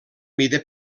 mida